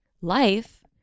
life